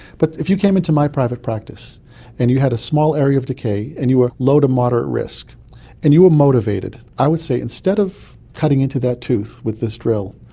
but if you came into my private practice and you had a small area of decay and you were at low to moderate risk and you were motivated, i would say, instead of cutting into that tooth with this drill,